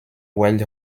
wild